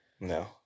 No